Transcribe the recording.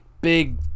Big